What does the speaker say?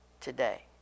today